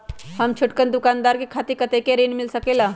हम छोटकन दुकानदार के खातीर कतेक ऋण मिल सकेला?